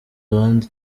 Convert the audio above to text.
abandi